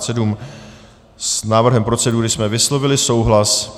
S návrhem procedury jsme vyslovili souhlas.